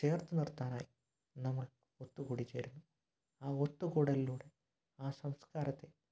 ചേർത്തു നിർത്താനായി നമ്മൾ ഒത്തുകൂടി ചേരുന്നു അ ഒത്തു കൂടലിലൂടെ ആ സംസ്കാരത്തെ നമ്മൾ